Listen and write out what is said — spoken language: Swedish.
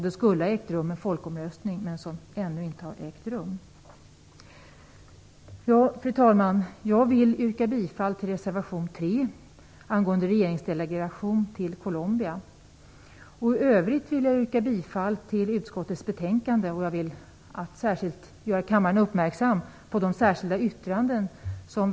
Där skulle en folkomröstning genomföras som ännu inte har ägt rum. Fru talman! Jag vill yrka bifall till reservation 3 angående regeringsdelegation till Colombia. I övrigt vill jag yrka bifall till utskottets hemställan. Jag vill göra kammaren uppmärksam på de särskilda yttranden som bl.a.